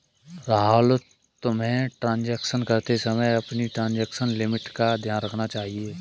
राहुल, तुम्हें ट्रांजेक्शन करते समय अपनी ट्रांजेक्शन लिमिट का ध्यान रखना चाहिए